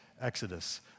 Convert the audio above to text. Exodus